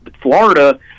Florida